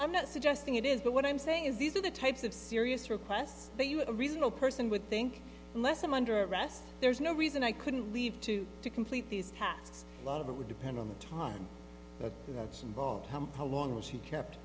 i'm not suggesting it is but what i'm saying is these are the types of serious requests that you a reasonable person would think unless i'm under arrest there's no reason i couldn't leave to to complete these tasks a lot of it would depend on the time that's involved pump how long was she kept